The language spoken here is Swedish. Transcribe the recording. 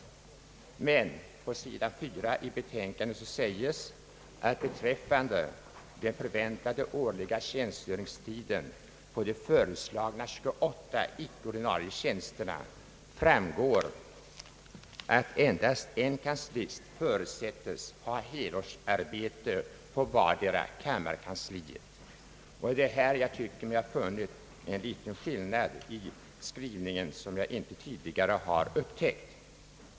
Men på sidan 4 i betänkandet sägs beträffande den förväntade årliga tjänstgöringstiden på de föreslagna 28 icke-ordinarie tjänsterna, att endast »en kanslist förutsätts ha helårsarbete på vartdera kammarkansliet». Här finns alltså en liten skillnad i skrivningen som jag inte upptäckt tidigare.